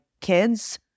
kids